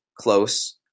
close